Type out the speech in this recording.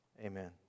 Amen